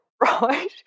right